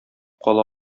кала